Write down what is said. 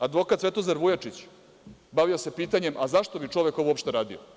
Advokat Svetozar Vujačić, bavio se pitanjem, a zašto bi čovek ovo uopšte radio?